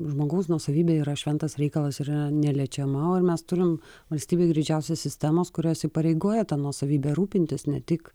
žmogaus nuosavybė yra šventas reikalas ir yra neliečiama o mes turim valstybė greičiausiai sistemos kurios įpareigoja tą nuosavybę rūpintis ne tik